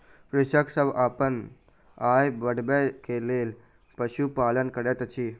कृषक सभ अपन आय बढ़बै के लेल पशुपालन करैत अछि